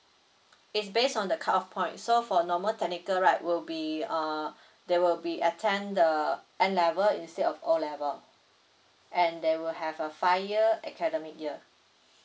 it's based on the cut off point so for normal technical right will be uh they will be attend the a level instead of o level and they will have a five year academic year